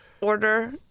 order